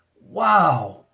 wow